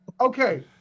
Okay